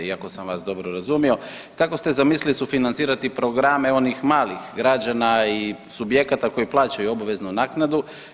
I ako sam vas dobro razumio, kako ste zamislili sufinancirati programe onih malih građana i subjekata koji plaćaju obavezno naknadu?